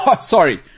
Sorry